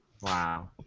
Wow